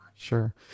Sure